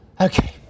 Okay